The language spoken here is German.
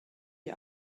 die